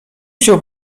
się